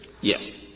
Yes